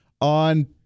on